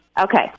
Okay